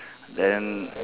then